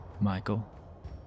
Michael